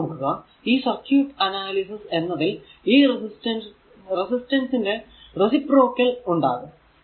ഇനി നോക്കുക ഈ സർക്യൂട് അനാലിസിസ് എന്നതിൽ ഈ റെസിസ്റ്റൻസ് ന്റെ റേസിപ്രോക്കൽ ഉണ്ടാകും